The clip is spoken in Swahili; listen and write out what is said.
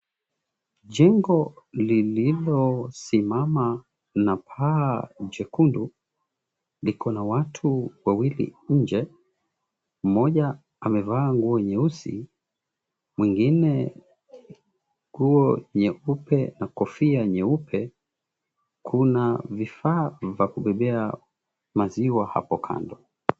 Jengo lililosimama na paa jekundu likona watu wawili nje. Mmoja amevaa nguo nyeusi, mwingine nguo nyeupe na kofia nyeupe. Kuna vifaa vya kubebebea maziwa hapo kando.